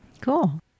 Cool